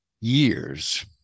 years